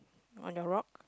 oh your rock